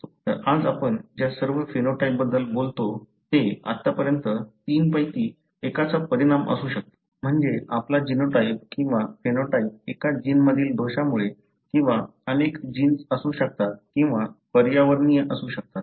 तर आज आपण ज्या सर्व फेनोटाइपबद्दल बोलता ते आत्तापर्यंत तीनपैकी एकाचा परिणाम असू शकते म्हणजे आपला जीनोटाइप किंवा फेनोटाइप एका जीनमधील दोषामुळे किंवा अनेक जीन्स असू शकतात किंवा पर्यावरणीय असू शकतात